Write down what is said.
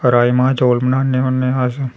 राजमां चौल बनाने होन्ने अस